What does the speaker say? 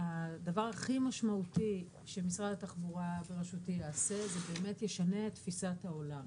הדבר הכי משמעותי שמשרד התחבורה בראשותי יעשה זה באמת ישנה את תפיסת העולם